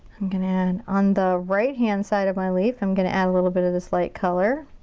i'm gonna add, on the right hand side of my leaf, i'm gonna add a little bit of this light color.